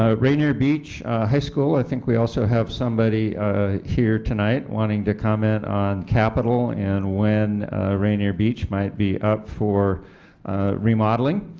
ah rainier beach high school i think we also somebody here tonight wanting to comment on capital and when rainier beach might be up for remodeling.